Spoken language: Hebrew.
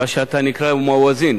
מה שנקרא מואזין,